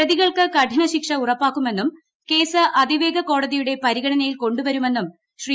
പ്രതികൾക്ക് കഠിന ശിക്ഷ ഉറപ്പാക്കുമെന്നും കേസ് അതിവേഗ കോടതിയുടെ പരിഗണനയിൽ കൊണ്ടുവരുമെന്നും ശ്രീ